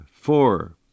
four